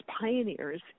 pioneers